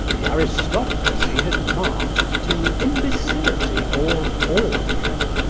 the aristocracy had marched to imbecility or ordure!